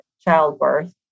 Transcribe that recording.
childbirth